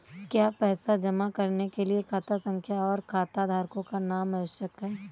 क्या पैसा जमा करने के लिए खाता संख्या और खाताधारकों का नाम आवश्यक है?